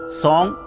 song